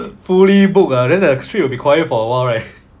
fully book ah then the street will be quiet for awhile leh